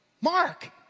Mark